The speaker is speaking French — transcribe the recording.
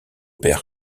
père